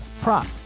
prop